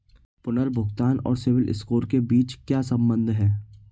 पुनर्भुगतान और सिबिल स्कोर के बीच क्या संबंध है?